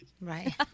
Right